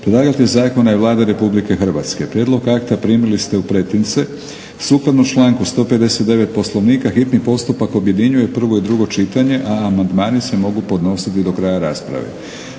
Predlagatelj Zakona je Vlada Republike Hrvatske. Prijedlog akta primili ste u pretince. Sukladno članku 159. Poslovnika hitni postupak hitni postupak objedinjuje prvo i drugo čitanje a amandmani se mogu podnositi do kraja rasprave.